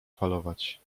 falować